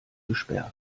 gesperrt